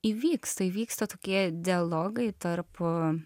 įvyksta įvyksta tokie dialogai tarp